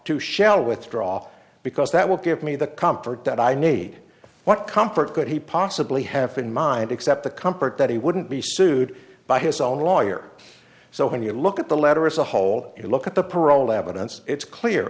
to shall withdraw because that will give me the comfort that i need what comfort could he possibly half in mind except the comfort that he wouldn't be sued by his own lawyer so when you look at the letter as a whole you look at the parole evidence it's clear